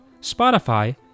Spotify